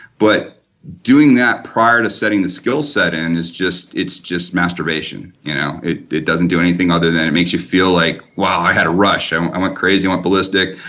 but doing that prior to setting the skill set in, it's just it's just masturbation you know. it it doesn't do anything other than it make you feel like wow, i had a rush, i'm a like crazy, i'm ballistic,